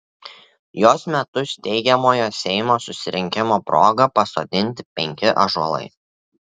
jos metu steigiamojo seimo susirinkimo proga pasodinti penki ąžuolai